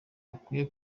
bakwiye